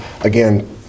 again